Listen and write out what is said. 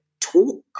talk